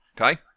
Okay